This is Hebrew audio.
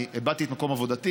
אני איבדתי את מקום עבודתי,